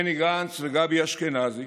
בני גנץ וגבי אשכנזי,